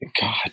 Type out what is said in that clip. God